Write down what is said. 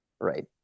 Right